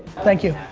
thank you.